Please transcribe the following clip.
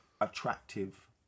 attractive